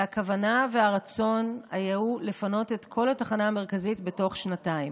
והכוונה והרצון היו לפנות את כל התחנה המרכזית בתוך שנתיים.